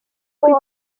uko